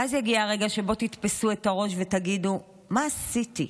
ואז יגיע הרגע שבו תתפסו את הראש ותגידו: מה עשיתי?